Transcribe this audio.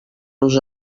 los